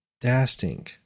Dastink